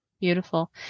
Beautiful